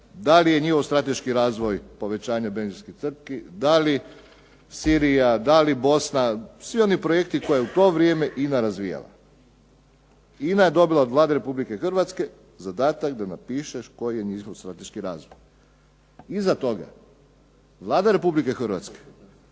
da li je njihov strateški razvoj, povećanje benzinskih tvrtki, da li Sirija, da li Bosna, svi oni projekti koje je u to vrijeme INA razvijala? INA je dobila od Vlada Republike Hrvatske zadatak da napiše koji je njihov strateški razvoj. Iza toga Vlada Republike Hrvatske